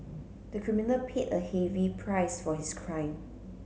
the criminal paid a heavy price for his crime